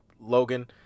Logan